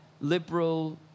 liberal